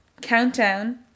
countdown